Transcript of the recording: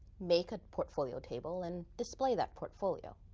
make a portfolio table, and display that portfolio.